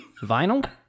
Vinyl